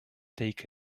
take